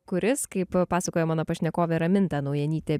kuris kaip pasakoja mano pašnekovė raminta naujanytė